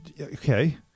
okay